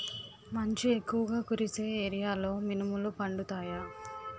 మంచు ఎక్కువుగా కురిసే ఏరియాలో మినుములు పండుతాయా?